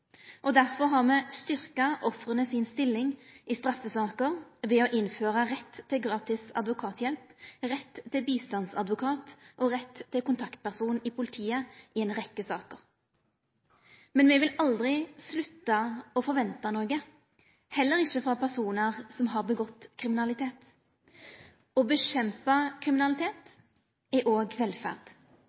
hatkriminalitet. Derfor har me styrkt ofra si stilling i straffesaker ved å innføra rett til gratis advokathjelp, rett til bistandsadvokat og rett til kontaktperson i politiet i ei rekkje saker. Men me vil aldri slutta å forventa noko, heller ikkje frå personar som har gjort seg skuldig i kriminalitet. Å kjempa mot kriminalitet er òg velferd.